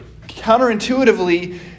Counterintuitively